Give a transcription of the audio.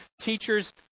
Teachers